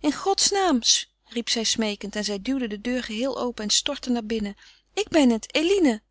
in godsnaam riep zij smeekend en zij duwde de deur geheel open en stortte naar binnen ik ben het eline